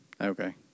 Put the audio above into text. Okay